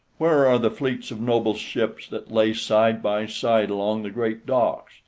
where are the fleets of noble ships that lay side by side along the great docks,